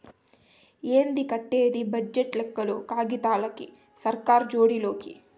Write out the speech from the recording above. ఏంది కట్టేది బడ్జెట్ లెక్కలు కాగితాలకి, సర్కార్ జోడి లోకి